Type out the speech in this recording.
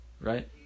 Right